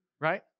right